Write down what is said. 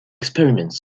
experiments